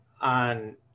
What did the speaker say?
on